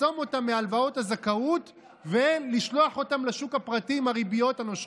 לחסום אותם מהלוואות הזכאות ולשלוח אותם לשוק הפרטי עם הריביות הנושכות.